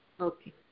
Okay